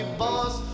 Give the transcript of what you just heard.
boss